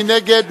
מי נגד?